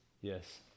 Yes